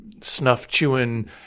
snuff-chewing